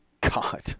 God